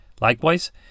Likewise